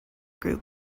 group